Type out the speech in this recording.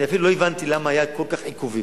אני אפילו לא הבנתי למה היו כל כך עיכובים.